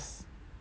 yes